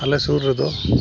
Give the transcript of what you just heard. ᱟᱞᱮ ᱥᱩᱨ ᱨᱮᱫᱚ